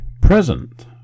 present